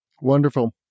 Wonderful